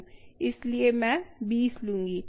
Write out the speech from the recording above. इसलिए मैं 20 लूंगी